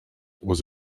was